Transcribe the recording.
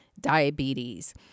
diabetes